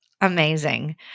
Amazing